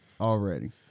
already